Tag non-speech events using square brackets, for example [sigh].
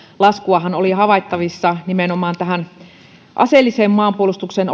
laskuahan oli havaittavissa nimenomaan aseelliseen maanpuolustukseen [unintelligible]